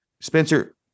Spencer